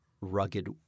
rugged